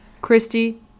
Christy